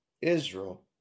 Israel